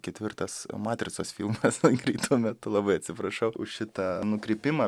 ketvirtas matricos filmas greitu metu labai atsiprašau už šitą nukrypimą